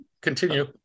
Continue